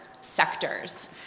sectors